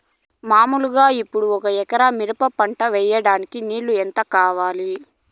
మామూలుగా ఇప్పుడు ఒక ఎకరా మిరప పంట వేయడానికి నీళ్లు ఎంత కావాలి?